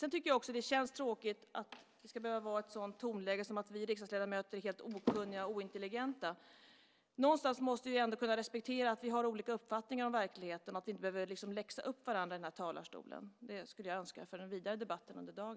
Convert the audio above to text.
Sedan tycker jag också att det känns tråkigt att det ska behöva vara ett sådant här tonläge - att vi riksdagsledamöter är helt okunniga och ointelligenta. Någonstans måste vi ändå kunna respektera att vi har olika uppfattningar om verkligheten; vi behöver inte läxa upp varandra från talarstolen. Det skulle jag önska för den fortsatta debatten här i dag.